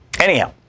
anyhow